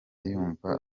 yumva